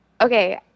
okay